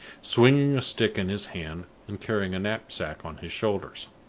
swinging a stick in his hand and carrying a knapsack on his shoulders.